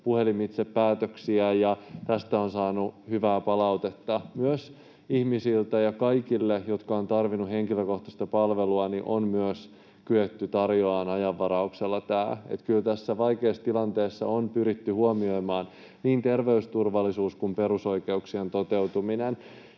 puhelimitse päätöksiä. Tästä on saatu hyvää palautetta myös ihmisiltä, ja kaikille, jotka ovat tarvinneet henkilökohtaista palvelua, on myös kyetty tarjoamaan ajanvarauksella tämä, eli kyllä tässä vaikeassa tilanteessa on pyritty huomioimaan niin terveysturvallisuus kuin perusoikeuksien toteutuminen